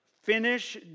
Finish